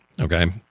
okay